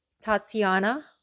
Tatiana